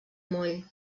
moll